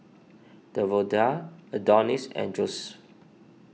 Davonta Adonis and Josef